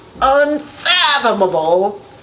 unfathomable